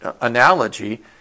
analogy